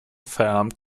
verarmt